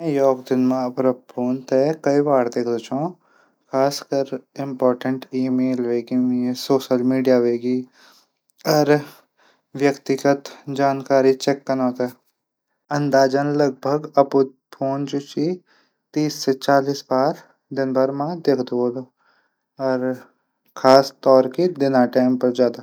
मी अपड फोन थै एक दिन मा कई बार दिखुद छौः खासकर इमपोटैंट ईमेल हवेग्ऐन सोशल मीडिया हवेग्यन अर व्यतिगत जानकारी चैक कनो तै अंदाजन तीस से चालीस बार अपडू फोन थै दिखदू छोः। अर खास तौर पर दिन टैम पर ज्यादा।